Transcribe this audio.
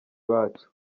bacu